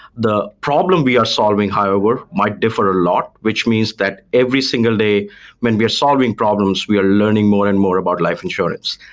the problem we are solving however might differ a lot, which means that every single day when we are solving problems, we are learning more and more about life insurance,